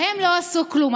בהן לא עשו כלום.